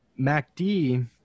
MACD